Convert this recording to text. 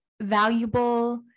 valuable